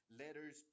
letters